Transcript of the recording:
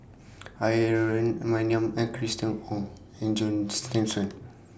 Aaron Maniam Ong and John Thomson